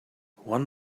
one